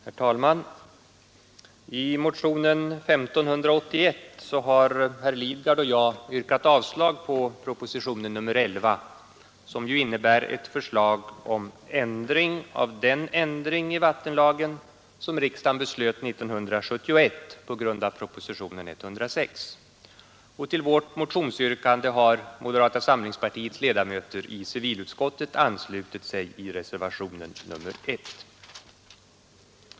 Herr talman! I motionen 1581 har herr Lidgard och jag yrkat avslag på propositionen 11 som ju innebär ett förslag om ändring av den ändring i vattenlagen som riksdagen beslöt 1971 på grund av propositionen 106. Till vårt motionsyrkande har moderata samlingspartiets ledamöter i civilutskottet anslutit sig i reservationen 1.